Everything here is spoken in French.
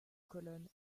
colonnes